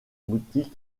boutique